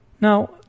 now